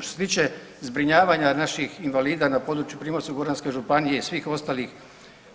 Što se tiče zbrinjavanja naših invalida na području Primorsko-goranske županije i svih ostalih